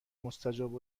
مستجاب